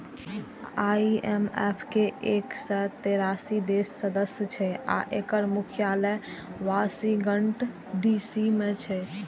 IMF के एक सय तेरासी देश सदस्य छै आ एकर मुख्यालय वाशिंगटन डी.सी मे छै